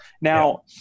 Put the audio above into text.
Now